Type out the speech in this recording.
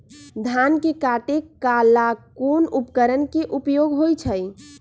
धान के काटे का ला कोंन उपकरण के उपयोग होइ छइ?